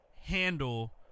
handle